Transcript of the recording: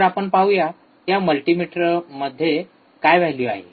तर आपण पाहूया या मल्टीमीटर मध्ये काय व्हॅल्यू आहे